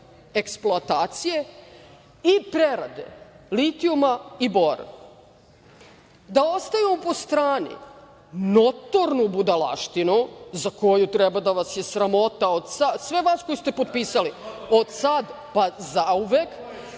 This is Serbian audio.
eksploatacije i prerade litijuma i bora. Da ostavimo po stranu notornu budalaštinu, za koju treba da vas je sramota, sve vas koji ste potpisali, od sad pa zauvek,